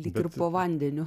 lyg po vandeniu